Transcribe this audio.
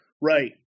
Right